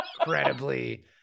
incredibly